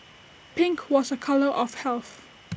pink was A colour of health